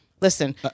listen